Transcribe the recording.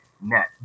net